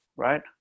right